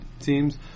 teams